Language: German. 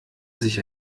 sich